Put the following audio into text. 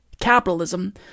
capitalism